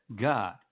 God